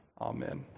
Amen